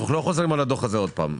אנחנו לא חוזרים על הדוח הזה עוד פעם.